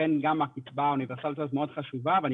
לכן גם הקצבה האוניברסלית הזו מאוד חשובה ואני